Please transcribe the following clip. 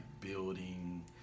building